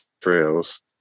trails